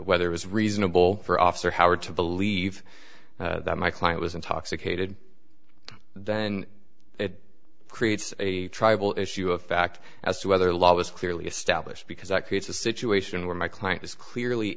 whether it was reasonable for officer howard to believe that my client was intoxicated then it creates a tribal issue a fact as to whether law is clearly established because that creates a situation where my client is clearly